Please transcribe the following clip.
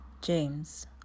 James